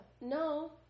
No